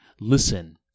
listen